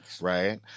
right